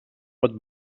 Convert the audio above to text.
pot